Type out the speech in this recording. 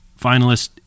finalist